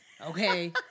okay